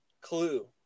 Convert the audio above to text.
clue